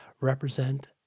represent